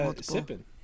sipping